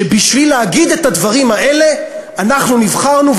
בשביל להגיד את הדברים האלה אנחנו נבחרנו,